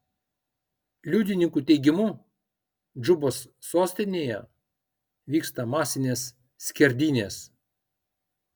liudininkų teigimu džubos sostinėje vyksta masinės skerdynės